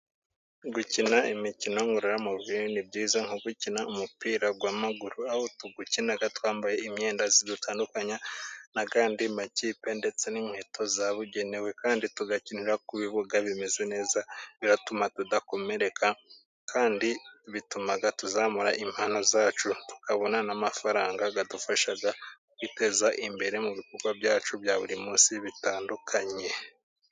Gukina imikino ngororamubiri ni byiza ,nko gukina umupira w'amaguru ,aho tuwukina twambaye imyenda idutandukanya n'andi makipe ,ndetse n'inkweto zabugenewe kandi tugakinira ku bibuga bimeze neza biratuma tudakomereka, kandi bituma tuzamura impano zacu ,tukabona n'amafaranga adufasha kwiteza imbere, mu bikorwa byacu bya buri munsi bitandukanye.